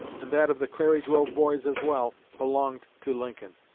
and that of the clary grove boys as well, belonged to lincoln.